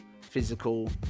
physical